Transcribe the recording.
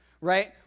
right